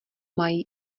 mají